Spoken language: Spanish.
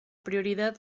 prioridad